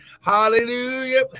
Hallelujah